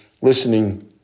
listening